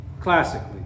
classically